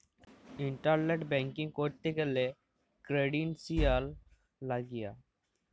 internet banking ক্যরতে গ্যালে credentials লাগিয়ে